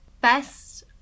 best